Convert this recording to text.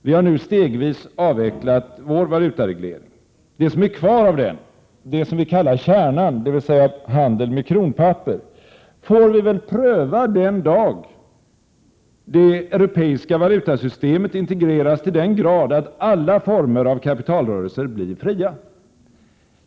Vi har nu stegvis avvecklat vår valutareglering. Det som är kvar av den, det som vi kallar kärnan, dvs handel med kronpapper, får vi väl pröva den dag det europeiska valutasystemet integreras till den grad att alla former av kapitalrörelser blir fria.